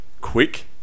quick